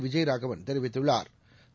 விஜய்ராகவன் தெரிவித்துள்ளாா்